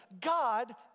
God